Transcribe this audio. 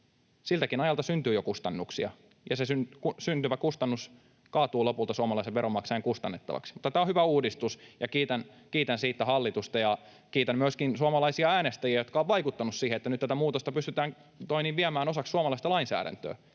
Siltäkin ajalta syntyy jo kustannuksia, ja se syntyvä kustannus kaatuu lopulta suomalaisen veronmaksajan kustannettavaksi. Tämä on hyvä uudistus, ja kiitän siitä hallitusta. Kiitän myöskin suomalaisia äänestäjiä, jotka ovat vaikuttaneet siihen, että nyt tätä muutosta pystytään viemään osaksi suomalaista lainsäädäntöä.